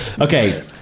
Okay